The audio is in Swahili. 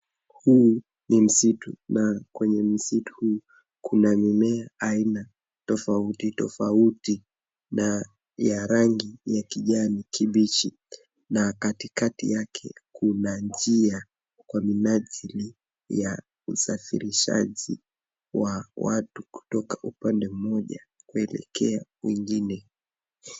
Hii ni msitu na kwenye msitu hii kuna mimea aina tofauti tofauti na ya rangi ya kijani kibichi na katikati yake kuna njia kwa minajili ya usafirishaji wa watu kutoka upande moja kuelekea mwingine.